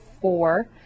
four